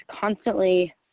constantly –